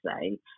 say